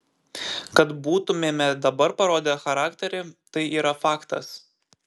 kad būtumėme dabar parodę charakterį tai yra faktas